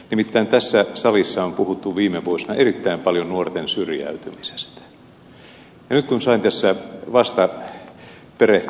nimittäin tässä salissa on puhuttu viime vuosina erittäin paljon nuorten syrjäytymisestä ja nyt kun sain tässä vasta perehtyä ed